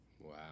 Wow